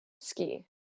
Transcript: Ski